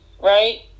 right